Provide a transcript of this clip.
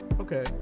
Okay